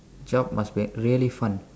job must be really fun